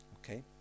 Okay